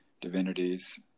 divinities